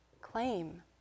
claim